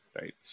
right